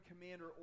commander